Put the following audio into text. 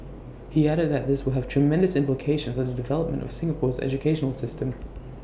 he added that this will have tremendous implications on the development of Singapore's educational system